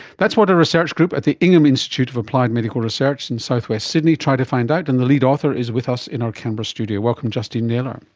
that's what a research group at the ingham institute of applied medical research in south-west sydney tried to find out, and the lead author is with us in our canberra studio. welcome justine naylor.